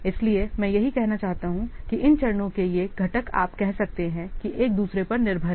इसलिए मैं यही कहना चाहता हूं कि इन चरणों के ये घटक आप कह सकते हैं कि एक दूसरे पर निर्भर हैं